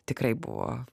tikrai buvo